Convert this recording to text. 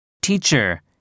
Teacher